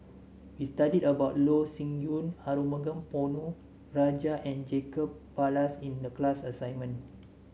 we studied about Loh Sin Yun Arumugam Ponnu Rajah and Jacob Ballas in the class assignment